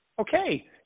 okay